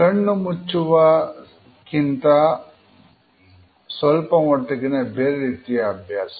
ಕಣ್ಣು ಮುಚ್ಚುವ ಕಿಂತ ಸ್ವಲ್ಪಮಟ್ಟಿಗಿನ ಬೇರೆ ರೀತಿಯ ಅಭ್ಯಾಸ